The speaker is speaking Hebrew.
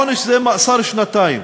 העונש הוא מאסר שנתיים.